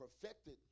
perfected